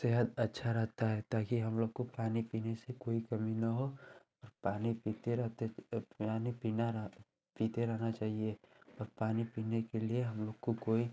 सेहत अच्छी रहती है ताकि हमलोग को पानी पीने से कोई कमी न हो और पानी पीते रहते यानी पीना पीते रहना चाहिए और पानी पीने के लिए हमलोग को कोई